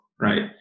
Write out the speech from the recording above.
right